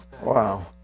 Wow